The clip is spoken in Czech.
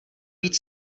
být